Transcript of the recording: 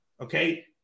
Okay